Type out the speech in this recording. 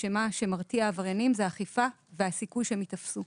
שמה שמרתיע עבריינים זאת אכיפה והסיכוי שהם ייתפסו.